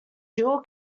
dual